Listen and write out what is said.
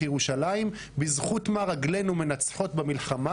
ירושלים בזכות מה רגלינו מנצחות במלחמה?